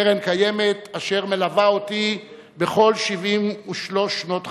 קרן קיימת, אשר מלווה אותי בכל 73 שנות חיי,